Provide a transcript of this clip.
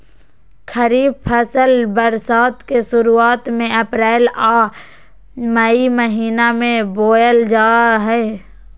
खरीफ फसल बरसात के शुरुआत में अप्रैल आ मई महीना में बोअल जा हइ